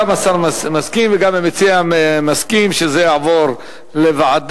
גם השר מסכים וגם המציע מסכים שזה יעבור לוועדה.